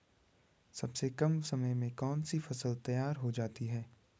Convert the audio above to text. सबसे कम समय में कौन सी फसल तैयार हो जाती है?